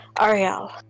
Ariel